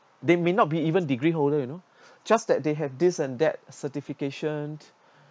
they may not be even degree holder you know just that they have this and that certifications